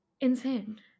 insane